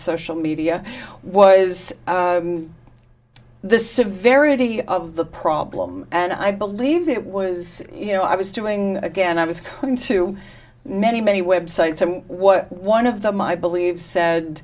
social media was the severity of the problem and i believe it was you know i was doing again i was talking to many many web sites and what one of them i believe said